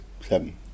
seven